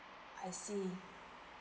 I see